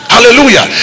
hallelujah